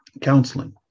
counseling